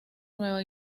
nueva